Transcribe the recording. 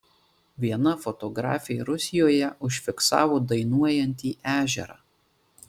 viena fotografė rusijoje užfiksavo dainuojantį ežerą